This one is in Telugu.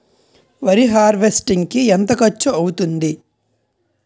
వరి హార్వెస్టింగ్ కి ఎంత ఖర్చు అవుతుంది?